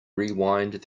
rewind